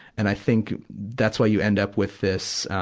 and i think that's why you end up with this,